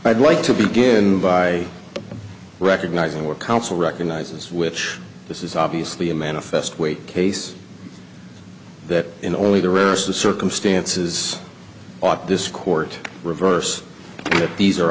i'd like to begin by recognizing where council recognizes which this is obviously a manifest wait case that in only the rarest of circumstances ought this court reverse that these are